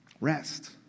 Rest